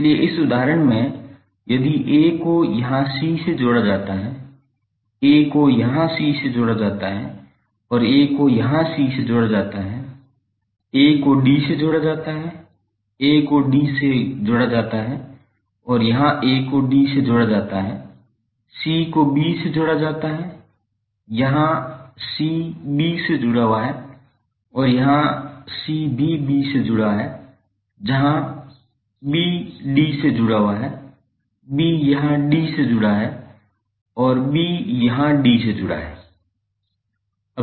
इसलिए इस उदाहरण में यदि a को यहाँ c से जोड़ा जाता है a को यहाँ c से जोड़ा जाता है और a को यहाँ c से जोड़ा जाता है a को d से जोड़ा जाता है a को d से जोड़ा जाता है और a को d से जोड़ा जाता है c को b से जोड़ा जाता है यहाँ c b से जुड़ा हुआ है और यहाँ c भी b से जुड़ा है b यहाँ d से जुड़ा है b यहाँ d से जुड़ा है और b यहाँ d से जुड़ा है